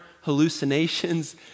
hallucinations